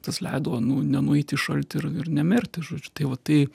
tas leido nu nenueit į šaltį ir ir nemirti žodžiu tai va tai